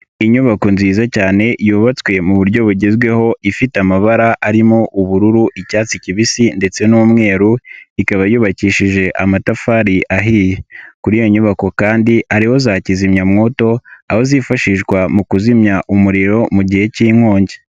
Inyubako nziza cyane yubatswe mu buryo bugezweho, ifite amabara arimo ubururu, icyatsi kibisi ndetse n'umweru, ikaba yubakishije amatafari ahiye. Kuri iyo nyubako kandi hariho za kizimyamwoto, aho zifashishwa mu kuzimya umuriro mu gihe cy'inkongi.